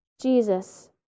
Jesus